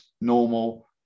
normal